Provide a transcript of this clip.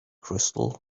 crystal